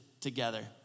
together